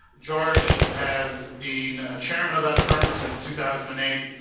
george has been a chairman of that firm since two thousand and eight,